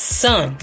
son